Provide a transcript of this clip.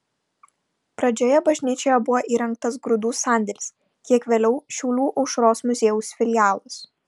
pradžioje bažnyčioje buvo įrengtas grūdų sandėlis kiek vėliau šiaulių aušros muziejaus filialas